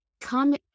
come